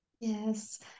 Yes